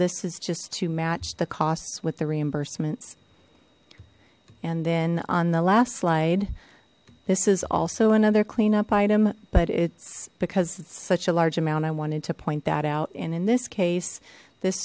this is just to match the costs with the reimbursements and then on the last slide this is also another clean up item but it's because it's such a large amount i wanted to point that out and in this case this